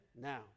now